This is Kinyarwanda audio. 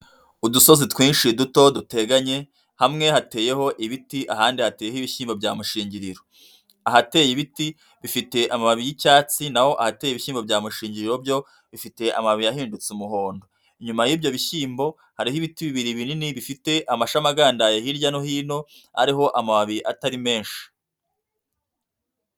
Udusozi twinshi duto duteganye, hamwe hateyeho ibiti ahandi hateye ibishyimbo bya mushingiriro. Ahateye ibiti bifite amababi y'icyatsi naho ateye ibishyimbo bya mushingiriro byo bifite amababi yahindutse umuhondo. Inyuma y'ibyo bishyimbo hariho ibiti bibiri binini bifite amashami agandaye hirya no hino hariho amababi atari menshi.